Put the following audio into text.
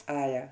!aiya!